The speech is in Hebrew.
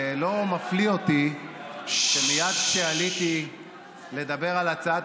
לא מפליא אותי שמייד כשעליתי לדבר על הצעת